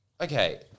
Okay